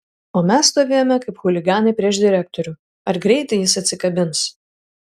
o mes stovėjome kaip chuliganai prieš direktorių ar greitai jis atsikabins